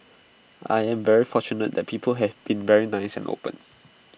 I am very fortunate that people have been very nice and open